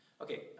Okay